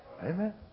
Amen